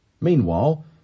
Meanwhile